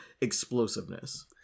explosiveness